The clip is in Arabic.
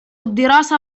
الدراسة